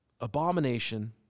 abomination